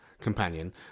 companion